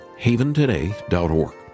haventoday.org